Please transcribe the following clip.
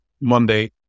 Monday